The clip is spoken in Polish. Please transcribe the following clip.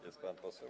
Jest pan poseł?